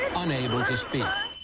unable to speak.